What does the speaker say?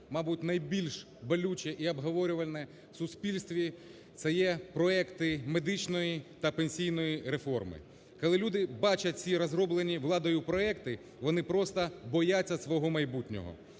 мабуть, найбільш болюче і обговорюване в суспільстві, це є проекти медичної та пенсійної реформи. Коли люди бачать ці розроблені владою проекти, вони просто бояться свого майбутнього.